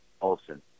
Olson